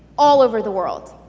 all over the world.